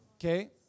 okay